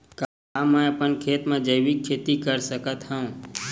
का मैं अपन खेत म जैविक खेती कर सकत हंव?